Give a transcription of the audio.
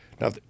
Now